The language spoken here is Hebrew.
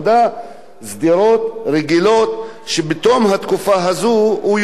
ובתום התקופה הזו הוא יוכל לצאת לפנסיה.